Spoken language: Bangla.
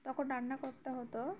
তখন রান্না করতে হতো